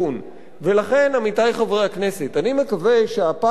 לכן, עמיתי חברי הכנסת, אני מקווה שהפעם לפחות